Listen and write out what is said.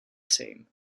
same